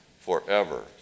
forever